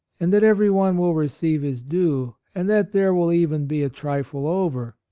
and that everyone will receive his due, and that there will even be a trifle over.